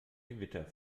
gewitter